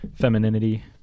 femininity